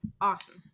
Awesome